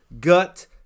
gut